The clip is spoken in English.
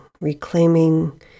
reclaiming